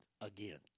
again